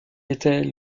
était